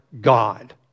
God